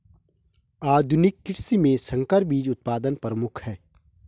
आधुनिक कृषि में संकर बीज उत्पादन प्रमुख है